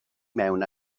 mewn